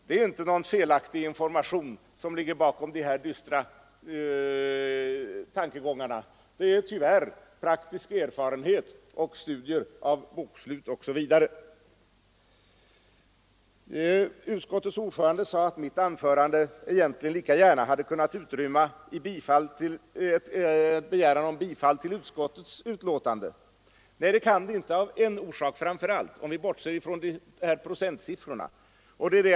Det är inte någon felaktig information som ligger bakom dessa dystra tankegångar — det är tyvärr praktisk erfarenhet, studier av kostnadsfördelningar och bokslut osv. Utskottets ordförande sade att mitt anförande lika gärna hade kunnat utmynna i ett yrkande om bifall till utskottets hemställan. Nej, det kan det inte göra framför allt av en orsak — om vi bortser från procentsiffrorna.